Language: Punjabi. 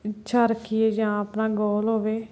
ਇੱਛਾ ਰੱਖੀਏ ਜਾਂ ਆਪਣਾ ਗੋਲ ਹੋਵੇ